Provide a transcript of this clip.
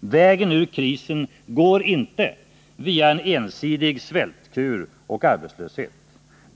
Vägen ur krisen går inte via en ensidig svältkur och arbetslöshet.